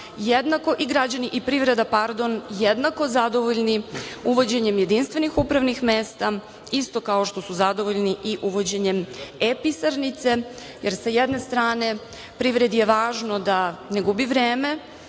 jednako i građani i privreda zadovoljni uvođenjem jedinstvenih upravnih mesta, isto kao što su zadovoljni i uvođenjem ePisarnice, jer, sa jedne strane, privredi je važno da ne gubi vreme.